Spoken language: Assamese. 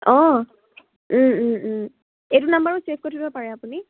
অঁ এইটো নাম্বাৰো ছেভ কৰি থৈ দিব পাৰে আপুনি